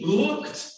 looked